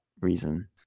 reason